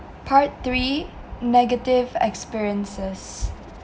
part three negative experiences